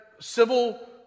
civil